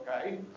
okay